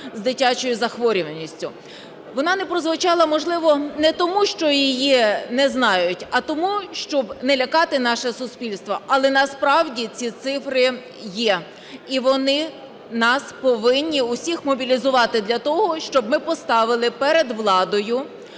з дитячою захворюваністю. Вона не прозвучала, можливо, не тому що її не знають, а тому, щоб не лякати наше суспільство. Але насправді ці цифри є і вони нас повинні всіх мобілізувати для того, щоб ми поставили перед владою,